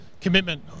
commitment